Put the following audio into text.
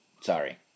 sorry